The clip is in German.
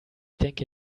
denke